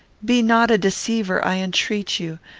be not a deceiver, i entreat you.